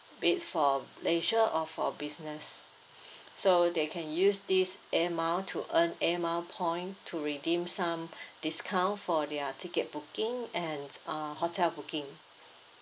be it for leisure or for business so they can use this air mile to earn air miles point to redeem some discount for their ticket booking and uh hotel booking